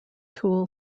tool